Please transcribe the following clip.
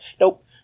nope